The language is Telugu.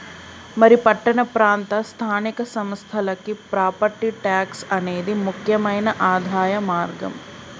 మరి పట్టణ ప్రాంత స్థానిక సంస్థలకి ప్రాపట్టి ట్యాక్స్ అనేది ముక్యమైన ఆదాయ మార్గం